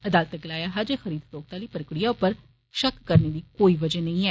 अदालतै गलाया हा जे खरीद फरोख्त आह्ली प्रक्रिया उप्पर शक करने दी कोई वजह नेंई ऐ